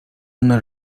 una